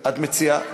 את מציעה במליאה.